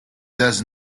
does